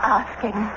asking